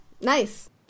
Nice